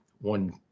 one